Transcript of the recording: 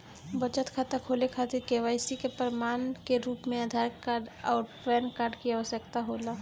बचत खाता खोले खातिर के.वाइ.सी के प्रमाण के रूप में आधार आउर पैन कार्ड की आवश्यकता होला